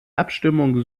abstimmung